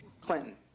Clinton